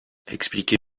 expliquez